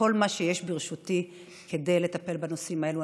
כל מה שיש ברשותי כדי לטפל בנושאים האלה.